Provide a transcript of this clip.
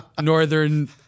northern